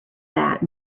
that